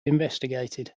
investigated